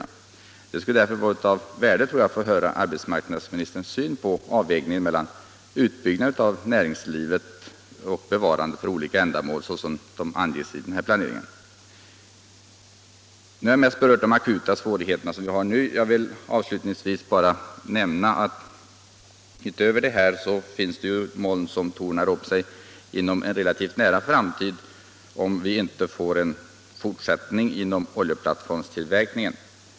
Därför skulle det vara av värde att få höra arbetsmarknadsministerns syn på avvägningen mellan utbyggnaden av näringslivet och bevarandet av olika områden för ändamål som har angivits i den fysiska riksplaneringen. Utöver de akuta svårigheter som uppkommit genom de nämnda företagsnedläggningarna vill jag slutligen peka på ett moln som inom en relativt nära framtid kommer att torna upp sig, om vi inte får en fortsättning på oljeplattformstillverkningen.